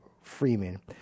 Freeman